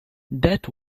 that